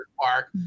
Park